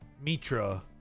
Mitra